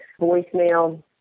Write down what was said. voicemail